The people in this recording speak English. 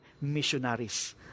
missionaries